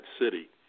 city